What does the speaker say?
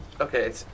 okay